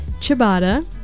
Ciabatta